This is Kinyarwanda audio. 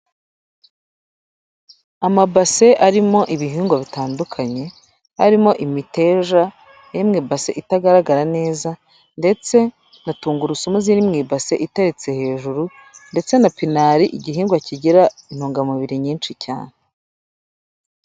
Amabase arimo ibihingwa bitandukanye, arimo imiteja iri mu ibase itagaragara neza, ndetse na tungurusumu ziri mu mbase iteretse hejuru, ndetse na pinari igihingwa kigira intungamubiri nyinshi cyane.